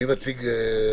מי יציג את הדברים?